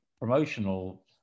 promotional